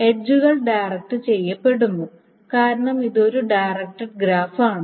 എഡ്ജുകൾ ഡയറക്ട് ചെയ്യപ്പെടുന്നു കാരണം ഇത് ഒരു ഡയറക്ടഡ് ഗ്രാഫ് ആണ്